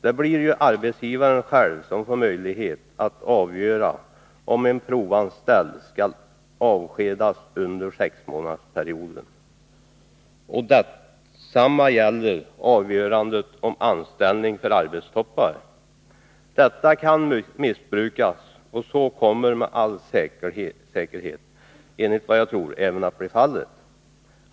Det blir ju arbetsgivaren ensam som får möjligheter att avgöra om en provanställd skall avskedas under sexmånadersperioden, och detsamma gäller avgörandet om anställning för arbetstoppar. Detta kan missbrukas, och så kommer med all säkerhet även att bli fallet.